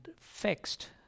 fixed